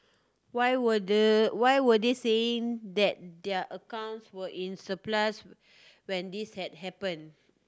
why were the why were they saying that their accounts were in surplus when this had happen